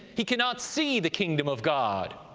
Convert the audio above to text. he cannot see the kingdom of god.